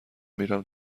میرم